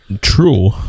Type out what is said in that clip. True